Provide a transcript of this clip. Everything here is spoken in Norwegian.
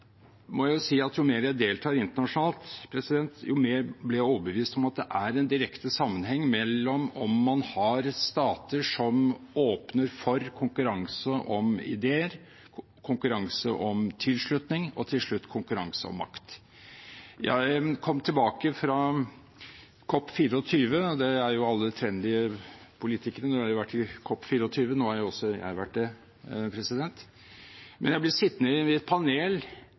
må si at jo mer jeg deltar internasjonalt, jo mer blir jeg overbevist om at det er en direkte sammenheng der stater åpner for konkurranse om ideer, konkurranse om tilslutning og til slutt konkurranse om makt. Jeg kom nettopp tilbake fra COP24. Alle trendy politikere har jo vært i COP24, og nå har også jeg vært det. Jeg ble sittende i et panel